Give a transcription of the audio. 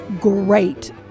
great